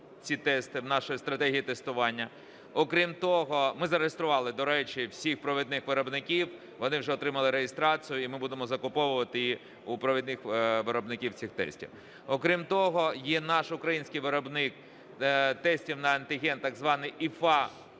ці тести в нашій стратегії тестування. Окрім того, ми зареєстрували, до речі, всіх провідних виробників, вони вже отримали реєстрацію, і ми будемо закуповувати у провідних виробників цих тестів. Окрім того, є наш український виробник тестів на антиген, так званий